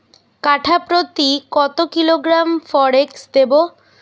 কাঠাপ্রতি কত কিলোগ্রাম ফরেক্স দেবো?